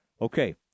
okay